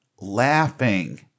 laughing